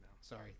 Sorry